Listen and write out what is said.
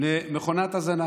למכונת הזנה.